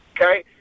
okay